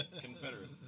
confederate